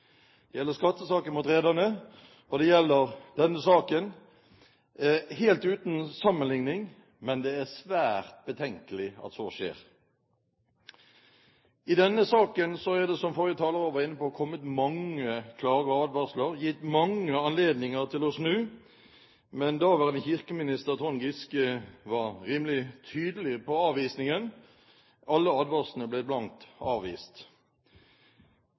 gjelder i skattesaken mot rederne, og det gjelder denne saken, helt uten sammenligning, men det er svært betenkelig at så skjer. I denne saken er det, som forrige taler var inne på, kommet mange klare advarsler, og det er gitt mange anledninger til å snu, men daværende kirkeminister Trond Giske var rimelig tydelig på avvisningen. Alle advarslene ble blankt avvist.